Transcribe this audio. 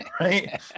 right